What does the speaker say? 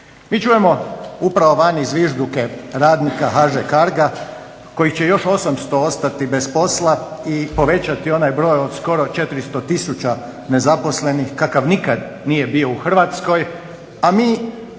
Mi čujemo upravo vani zvižduke radnika HŽ-Carga kojih će još 800 ostati bez posla i povećati onaj broj od skoro 400 000 nezaposlenih kakav nikad nije bio u Hrvatskoj, a mi